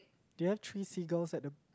then three seagulls at the